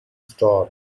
storm